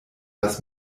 das